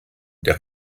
der